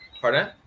Pardon